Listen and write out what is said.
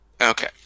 okay